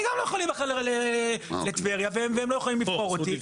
אני גם לא יכול להיבחר לטבריה והם גם לא יכולים לבחור אותי.